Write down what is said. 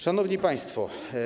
Szanowni Państwo!